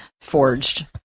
forged